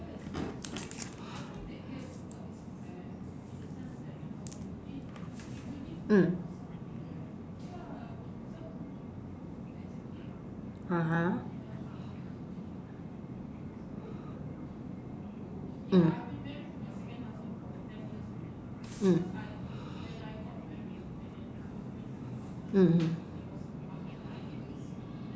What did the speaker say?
mm (uh huh) mm mm mmhmm